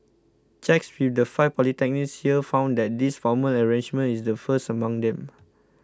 checks with the five polytechnics here found that this formal arrangement is the first among them